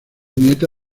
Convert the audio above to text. nieta